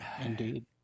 Indeed